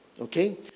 okay